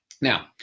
Now